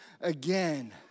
again